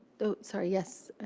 oh, sorry. yes.